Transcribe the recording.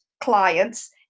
clients